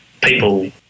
people